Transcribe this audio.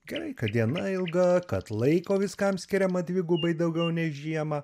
gerai kad diena ilga kad laiko viskam skiriama dvigubai daugiau nei žiemą